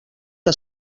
que